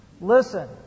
Listen